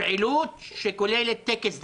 פעילות שכוללת טקס דתי.